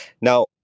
Now